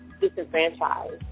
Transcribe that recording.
disenfranchised